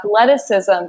athleticism